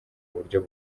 buryo